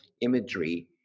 imagery